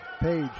Page